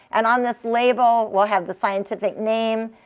and on this label we'll have the scientific name,